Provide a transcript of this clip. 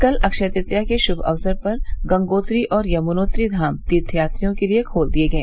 कल अक्षय तृतीया के शुभ अवसर पर गंगोत्री और यमुनोत्री धाम तीर्थयात्रियों के लिए खोल दिए गए